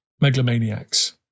megalomaniacs